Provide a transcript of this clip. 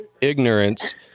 ignorance